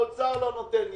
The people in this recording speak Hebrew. האוצר לא נותן לי.